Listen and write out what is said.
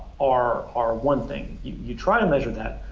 are are one thing. you try to measure that.